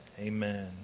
Amen